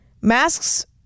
Masks